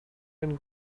and